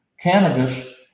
cannabis